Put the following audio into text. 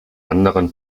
anderen